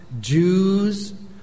Jews